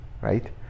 right